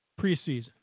preseason